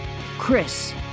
Chris